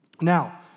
Now